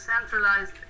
centralized